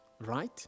Right